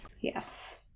Yes